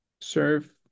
serve